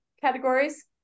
categories